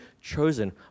chosen